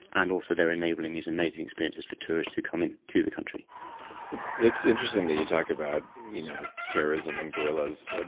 and also they're enabling these amazing experiences for tourists who come in to the country it's interesting that you talk about you know tourism and gorillas, ah